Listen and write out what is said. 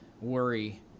worry